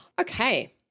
Okay